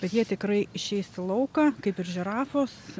bet jie tikrai išeis į lauką kaip ir žirafos